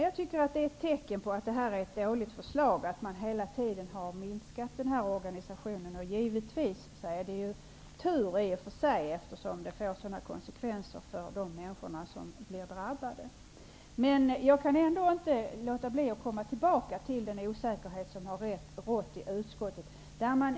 Herr talman! Att man hela tiden har minskat denna organisation är ett tecken på att detta är ett dåligt förslag. Det är i och för sig tur, eftersom det får stora konsekvenser för de människor som blir drabbade. Jag kan ändå inte låta bli att återkomma till den osäkerhet som har rått i utskottet.